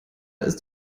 ist